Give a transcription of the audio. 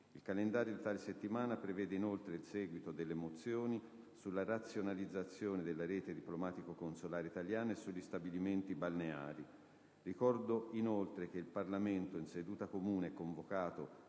Il calendario di tale settimana prevede inoltre il seguito delle mozioni sulla razionalizzazione della rete diplomatico-consolare italiana e sugli stabilimenti balneari. Ricordo inoltre che il Parlamento in seduta comune è convocato